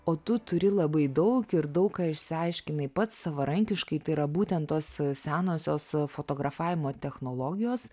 o tu turi labai daug ir daug ką išsiaiškinai pats savarankiškai tai yra būtent tos senosios fotografavimo technologijos